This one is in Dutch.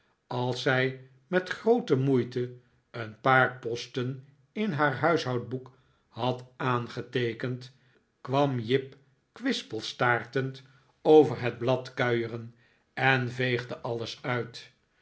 als zij met groote moeite een paar posten in haar huishoudboek had aangeteekend kwam jip kwispelstaartend over het blad kuieren en veegde alles uit